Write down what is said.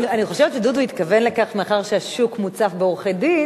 אני חושבת שדודו התכוון לכך: מאחר שהשוק מוצף בעורכי-דין,